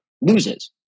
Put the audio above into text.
loses